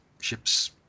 ships